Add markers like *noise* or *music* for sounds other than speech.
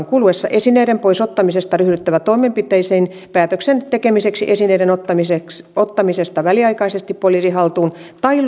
*unintelligible* kuluessa esineiden pois ottamisesta ryhdyttävä toimenpiteisiin päätöksen tekemiseksi esineiden ottamisesta väliaikaisesti poliisin haltuun tai *unintelligible*